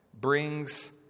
brings